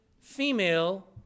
female